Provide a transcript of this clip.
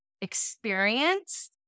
experience